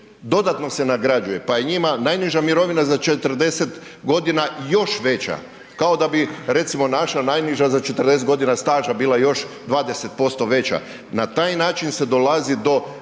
dodatno se nagrađuje pa je njima najniža mirovima za 40 g. još veća, kao da bi recimo naša najniža za 40 g. staža bila još 20% veća. Na taj način se dolazi do